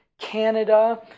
Canada